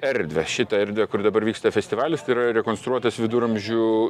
erdvę šitą erdvę kur dabar vyksta festivalis tai yra rekonstruotas viduramžių